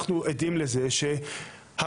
אנחנו עדים לזה שהחוק,